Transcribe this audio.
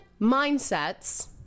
mindsets